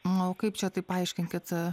nu kaip čia taip paaiškinkit e